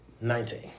Nineteen